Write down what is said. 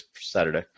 Saturday